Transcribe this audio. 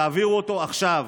תעבירו אותו עכשיו.